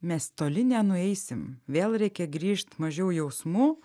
mes toli nenueisim vėl reikia grįžt mažiau jausmų